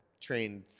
trained